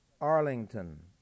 Arlington